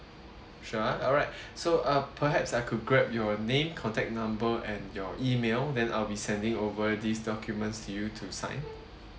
sure ah alright so uh perhaps I could grab your name contact number and your email then I'll be sending over these documents to you to sign